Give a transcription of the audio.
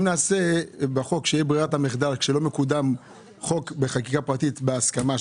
אם נקבע בחוק שברירת המחדל אם לא מקודם חוק בחקיקה פרטית בהסכמה,